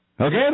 Okay